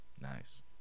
nice